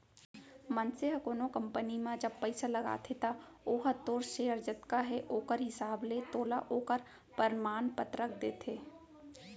मनसे ह कोनो कंपनी म जब पइसा लगाथे त ओहा तोर सेयर जतका हे ओखर हिसाब ले तोला ओखर परमान पतरक देथे